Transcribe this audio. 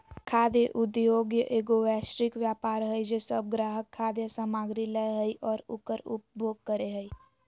खाद्य उद्योगएगो वैश्विक व्यापार हइ जे सब ग्राहक खाद्य सामग्री लय हइ और उकर उपभोग करे हइ